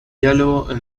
diálogo